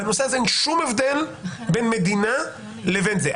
בנושא הזה אין שום הבדל בין מדינה לבין זה.